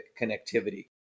connectivity